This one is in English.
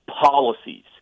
policies